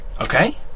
okay